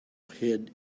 hid